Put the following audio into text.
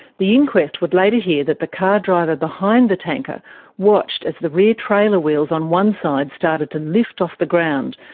the inquest would later hear that the car driver behind the tanker watched as the rear trailer wheels on one side started to lift off the ground,